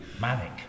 Manic